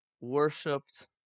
worshipped